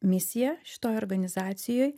misiją šitoj organizacijoj